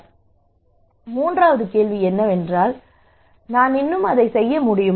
எனவே மூன்றாவது கேள்வி என்னவென்றால் நான் இன்னும் அதை செய்ய முடியுமா